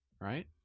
Right